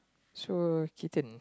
so Keaton